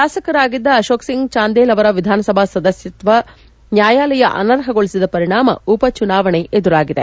ಶಾಸಕರಾಗಿದ್ದ ಅಶೋಕ್ ಸಿಂಗ್ ಚಾಂದೇಲ್ ಅವರ ವಿಧಾನಸಭಾ ಸದಸ್ತತ್ವವನ್ನು ನ್ಯಾಯಾಲಯ ಅನರ್ಪಗೊಳಿಸಿದ ಪರಿಣಾಮ ಉಪ ಚುನಾವಣೆ ಎದುರಾಗಿದೆ